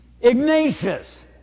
Ignatius